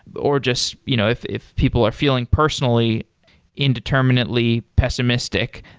or just you know if if people are feeling personally indeterminately pessimistic,